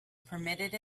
permitted